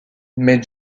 mais